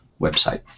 website